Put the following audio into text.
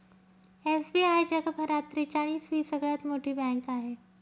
SBI जगभरात त्रेचाळीस वी सगळ्यात मोठी बँक आहे